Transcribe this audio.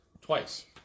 twice